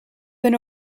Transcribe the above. been